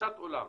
תפיסת עולם.